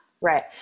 Right